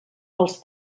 els